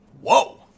whoa